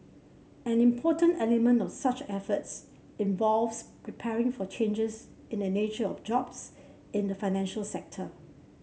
an important element of such efforts involves preparing for changes in the nature of jobs in the financial sector